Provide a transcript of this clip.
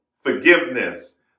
forgiveness